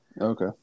Okay